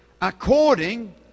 according